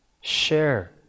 share